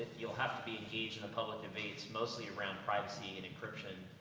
you'll have to be engaged in the public debates mostly around privacy, and encryption,